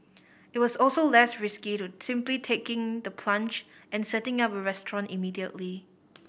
it was also less risky to simply taking the plunge and setting up a restaurant immediately